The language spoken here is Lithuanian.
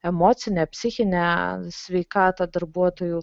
emocinę psichinę sveikatą darbuotojų